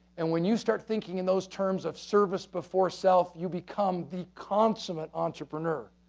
and when you start thinking in those terms of service before self, you become the consonant entrepreneur.